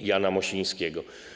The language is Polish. Jana Mosińskiego.